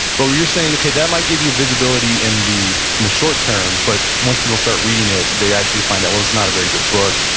but what you're saying, okay that might give you visibility in the in the short term, but once people start reading it, they actually find out, well it's not a very good book,